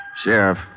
Sheriff